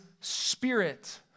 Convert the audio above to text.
spirit